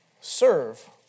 serve